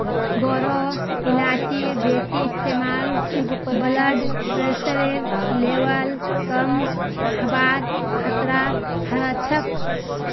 बोरो इलायचीर बेसी इस्तमाल स ब्लड प्रेशरेर लेवल कम हबार खतरा ह छेक